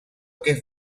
que